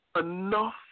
enough